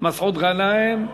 מסעוד גנאים,